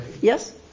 Yes